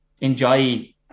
enjoy